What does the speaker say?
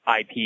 IP